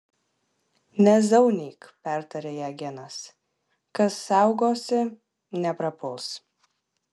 nezaunyk pertarė ją genas kas saugosi neprapuls